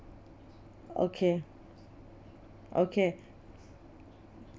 okay okay